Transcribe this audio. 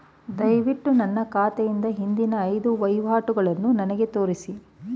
ದಯವಿಟ್ಟು ನನ್ನ ಖಾತೆಯಿಂದ ಹಿಂದಿನ ಐದು ವಹಿವಾಟುಗಳನ್ನು ನನಗೆ ತೋರಿಸಿ